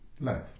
left